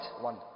one